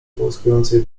połyskującej